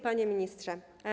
Panie Ministrze!